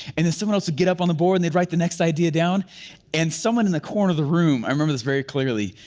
and then someone else would get up on the board and they'd write the next idea down and someone in the corner of the room, i remember this very clearly,